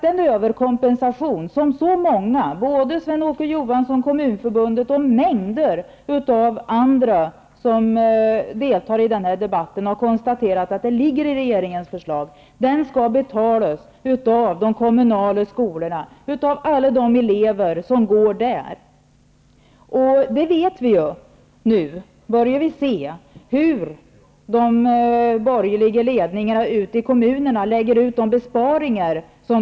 Den överkompensation som så många -- Sven Åke Johansson, Kommunförbundet och mängder av andra som deltar i debatten -- har konstaterat ligger regeringens förslag skall betalas av de kommunala skolorna, av alla elever som går där. Vi börjar nu se hur de borgerliga regeringarna i kommunerna lägger ut sina besparingar.